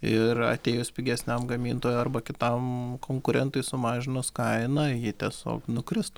ir atėjus pigesniam gamintojui arba kitam konkurentui sumažinus kainą ji tiesiog nukrist